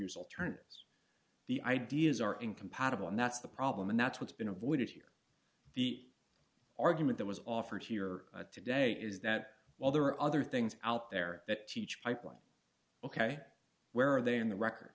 use alternatives the ideas are incompatible and that's the problem and that's what's been avoided here the argument that was offered here today is that while there are other things out there that teach pipeline ok where are they on the record